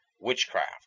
witchcraft